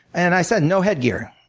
and i said, no head gear.